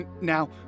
Now